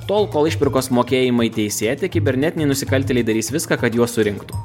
tol kol išpirkos mokėjimai teisėti kibernetiniai nusikaltėliai darys viską kad juos surinktų